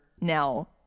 now